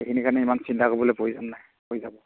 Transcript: সেইখিনি কাৰণে ইমান চিন্তা কৰিবলৈ প্ৰয়োজন নাই হৈ যাব